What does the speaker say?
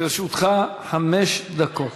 לרשותך חמש דקות.